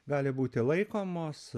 gali būti laikomos